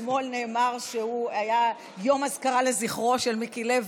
אתמול נאמר שהיה יום אזכרה לזכר מיקי לוי.